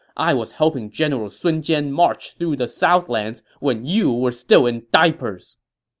i was helping general sun jian march through the southlands when you were still in diapers!